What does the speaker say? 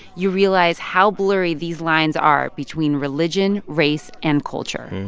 you realize how blurry these lines are between religion, race and culture.